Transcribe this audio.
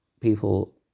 people